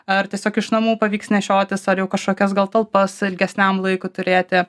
ar tiesiog iš namų pavyks nešiotis ar jau kažkokias gal talpas ilgesniam laikui turėti